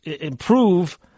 improve